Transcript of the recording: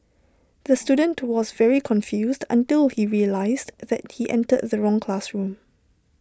the student towards very confused until he realised that he entered the wrong classroom